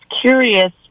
curious